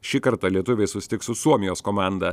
šį kartą lietuviai susitiks su suomijos komanda